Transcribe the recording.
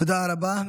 תודה רבה.